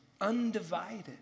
undivided